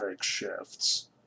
shifts